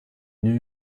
new